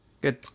good